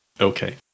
Okay